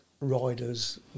riders